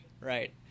Right